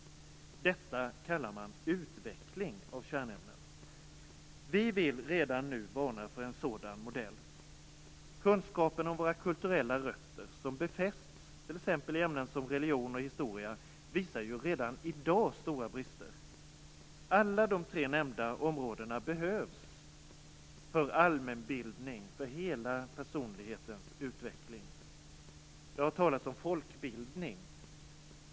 Detta kallar man utveckling av kärnämnen. Vi vill redan nu varna för en sådan modell. När det gäller kunskapen om våra kulturella rötter, som befästs t.ex. i ämnen som religion och historia, ses redan i dag stora brister. Alla de tre nämnda områdena behövs för allmänbildning och hela personlighetens utveckling. Det har talats om folkbildning.